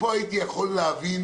פה הייתי יכול להבין